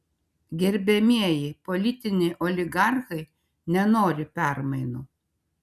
gerbiamieji politiniai oligarchai nenori permainų